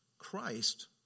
Christ